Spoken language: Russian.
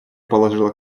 положила